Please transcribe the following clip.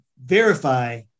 verify